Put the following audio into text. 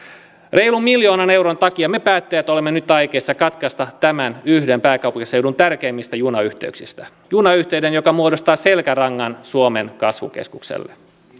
reilun miljoonan euron takia me päättäjät olemme nyt aikeissa katkaista tämän yhden pääkaupunkiseudun tärkeimmistä junayhteyksistä junayhteyden joka muodostaa selkärangan yhdelle suomen kasvukeskukselle